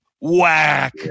whack